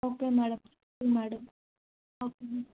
okay madam thank you madam okay madam